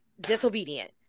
disobedient